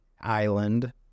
island